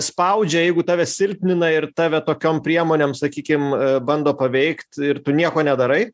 spaudžia jeigu tave silpnina ir tave tokiom priemonėm sakykim bando paveikt ir tu nieko nedarai